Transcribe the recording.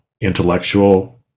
intellectual